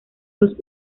dos